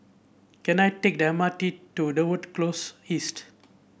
can I take the M R T to Dover Close East